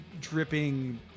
dripping